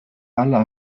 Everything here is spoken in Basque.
hala